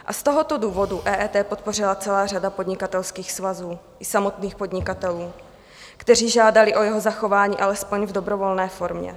A z tohoto důvodu EET podpořila celá řada podnikatelských svazů i samotných podnikatelů, kteří žádali o jeho zachování alespoň v dobrovolné formě.